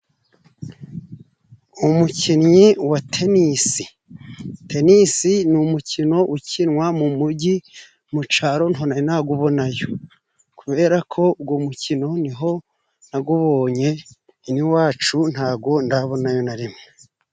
Umukinnyi wa tenisi. Tenisi ni umukino ukinwa mu mujyi mu caro nto nari nagubonayo, kubera ko ugo mukino niho nagubonye ino iwacu ntago ndabonayo na rimwe.